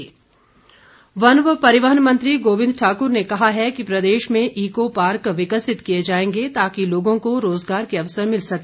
कुल्लु भाजपा वन व परिवहन मंत्री गोविन्द ठाकुर ने कहा है कि प्रदेश में ईको पार्क विकसित किए जाएंगे ताकि लोगों को रोजगार के अवसर मिल सके